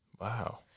Wow